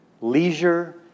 Leisure